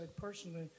personally